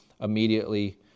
immediately